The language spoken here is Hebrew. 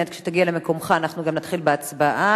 מייד כשתגיע למקומך אנחנו גם נתחיל בהצבעה.